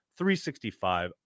365